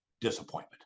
disappointment